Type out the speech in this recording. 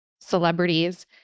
celebrities